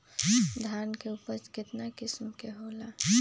धान के उपज केतना किस्म के होला?